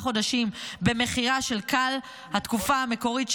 חודשים במכירה של כאל מעבר לתקופה המקורית,